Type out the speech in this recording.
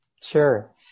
Sure